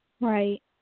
Right